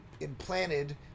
implanted